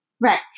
Right